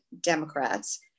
Democrats